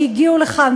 שהגיעו לכאן,